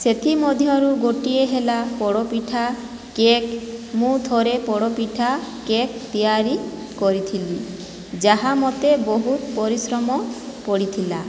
ସେଥିମଧ୍ୟରୁ ଗୋଟିଏ ହେଲା ପୋଡ଼ ପିଠା କେକ୍ ମୁଁ ଥରେ ପୋଡ଼ ପିଠା କେକ୍ ତିଆରି କରିଥିଲି ଯାହା ମୋତେ ବହୁତ ପରିଶ୍ରମ ପଡ଼ିଥିଲା